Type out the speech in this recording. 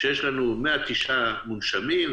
כשיש לנו 109 מונשמים,